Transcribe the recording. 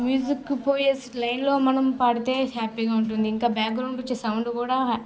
music పోయేసి లైన్లో మనం పాడితే హ్యాపీగా ఉంటుంది ఇంకా బ్యాక్గ్రౌండ్ వచ్చే సౌండ్ కూడా